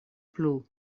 plu